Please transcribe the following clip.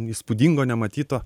įspūdingo nematyto